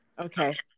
Okay